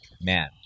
man